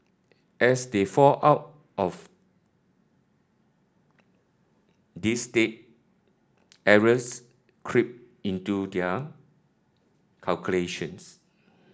as they fall out of this state errors creep into their calculations